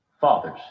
fathers